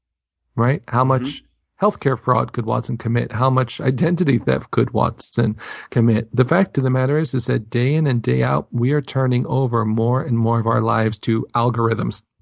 right? how much healthcare fraud could watson commit? how much identity theft could watson commit? the fact of the matter is is that day in and day out, we are turning over more and more of our lives to algorithms.